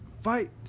fight